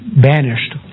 banished